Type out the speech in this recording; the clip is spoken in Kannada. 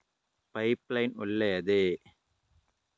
ಪೈಪ್ ಲೈನ್ ಒಳ್ಳೆಯದೇ?